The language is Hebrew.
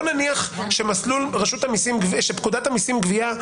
בואו נניח שפקודת המיסים (גבייה),